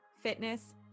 fitness